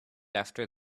after